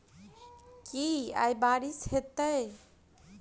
की आय बारिश हेतै?